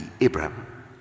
Abraham